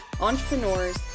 entrepreneurs